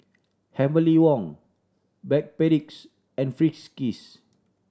Heavenly Wang Backpedic's and Friskies